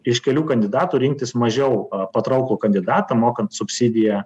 iš kelių kandidatų rinktis mažiau patrauklų kandidatą mokant subsidiją